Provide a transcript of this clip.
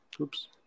Oops